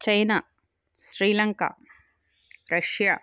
China Sri Lanka Russia